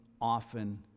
often